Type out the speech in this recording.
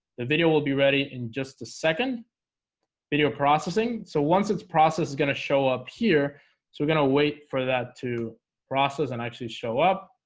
the video will be ready in just a second video processing so once it's process is gonna show up here. so we're going to wait for that to process and actually show up